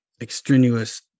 extraneous